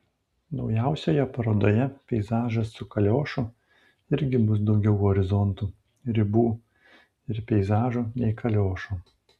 naujausioje parodoje peizažas su kaliošu irgi bus daugiau horizontų ribų ir peizažų nei kaliošų